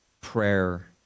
prayer